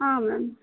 ಹಾಂ ಮ್ಯಾಮ್